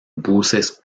buses